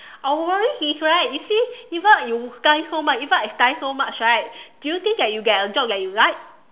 our worries is right you see even you study so much even I study so much right do you think that you get a job that you like